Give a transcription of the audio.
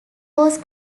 was